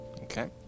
Okay